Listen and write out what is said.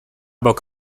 bok